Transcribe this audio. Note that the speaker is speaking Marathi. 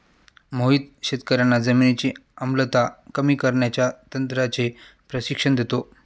मोहित शेतकर्यांना जमिनीची आम्लता कमी करण्याच्या तंत्राचे प्रशिक्षण देतो